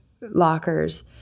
lockers